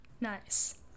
Nice